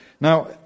Now